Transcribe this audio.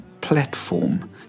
platform